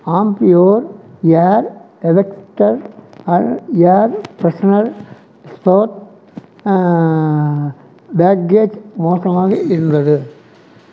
Ambi Pur air effector air freshener spur package மோசமாக இருந்தது